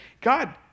God